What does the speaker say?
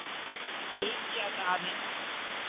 ᱴᱷᱤᱠ ᱜᱮᱭᱟ ᱛᱟᱦᱞᱮ ᱦᱮᱸ